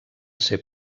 ser